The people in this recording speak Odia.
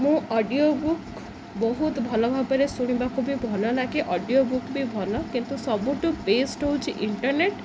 ମୁଁ ଅଡ଼ିଓ ବୁକ୍ ବହୁତ ଭଲ ଭାବରେ ଶୁଣିବାକୁ ବି ଭଲ ଲାଗେ ଅଡ଼ିଓ ବୁକ୍ ବି ଭଲ କିନ୍ତୁ ସବୁଠୁ ବେସ୍ଡ଼ ହେଉଛି ଇଣ୍ଟରନେଟ୍